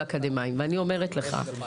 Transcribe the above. ואני אומרת לך,